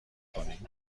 کنید